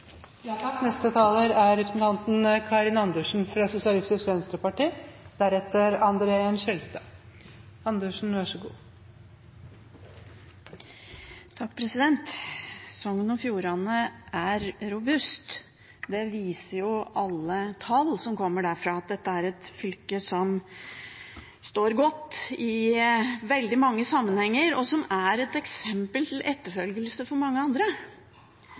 Sogn og Fjordane er robust. Det viser jo alle tall som kommer derfra. Det er et fylke som står godt i veldig mange sammenhenger, og som er et eksempel til etterfølgelse for mange andre.